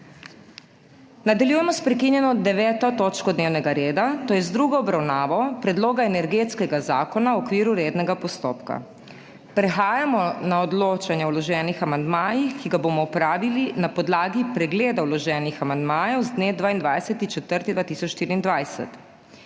Nadaljujemo s prekinjeno 9. točko dnevnega reda, to je z drugo obravnavo Predloga energetskega zakona v okviru rednega postopka. Prehajamo na odločanje o vloženih amandmajih, ki ga bomo opravili na podlagi pregleda vloženih amandmajev z dne 22. 4. 2024.